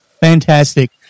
Fantastic